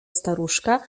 staruszka